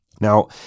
Now